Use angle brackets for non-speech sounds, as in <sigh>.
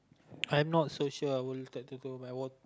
<noise> I'm not so sure I will scared to do my work